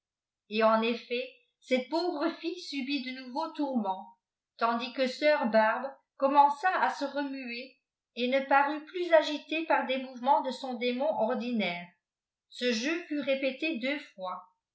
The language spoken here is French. et en effet cette pauvre fille subit de nouveaux lotirmenis tandis que sohir baibe eomtnençaa se remuer et ne parut plus agitée par des mouvemits de son ilémon ordinaire ce jeu fut répété deux fois